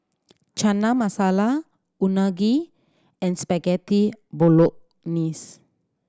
Chana Masala Unagi and Spaghetti Bolognese